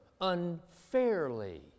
unfairly